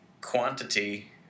quantity